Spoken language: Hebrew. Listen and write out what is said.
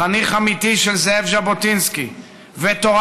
חניך אמיתי של זאב ז'בוטינסקי ותורתו,